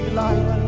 light